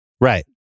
Right